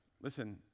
Listen